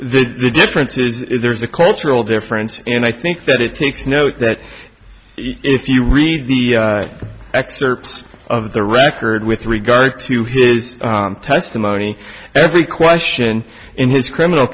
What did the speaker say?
the difference is there is a cultural difference and i think that it takes note that if you read the excerpt of the record with regard to his testimony every question in his criminal